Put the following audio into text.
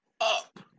up